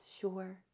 sure